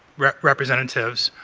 representatives,